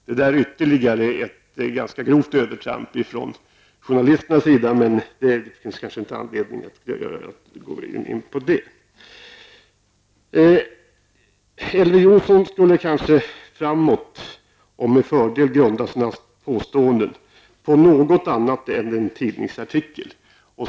Det var ytterligare ett ganska grovt övertramp från journalisterna, men det kanske inte finns anledning att gå närmare in på det. Elver Jonsson skall kanske framdeles, och med fördel, grunda sina påståenden på något annat än en tidningsartikel.